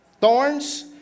Thorns